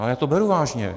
Ale já to beru vážně.